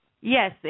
Yes